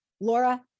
Laura